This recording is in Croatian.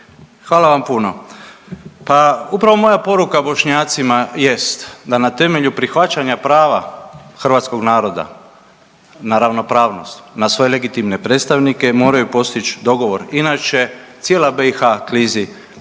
Hvala vam puno. Pa upravo moja poruka Bošnjacima jest da na temelju prihvaćanja prava hrvatskog naroda na ravnopravnost, na svoje legitimne predstavnike moraju postić dogovor, inače cijela BiH klizi